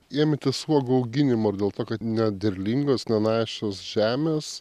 imtės uogų auginimo ar dėl to kad nederlingos nenašios žemės